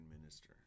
minister